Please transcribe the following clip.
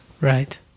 Right